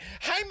Hey